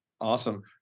Awesome